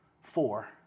four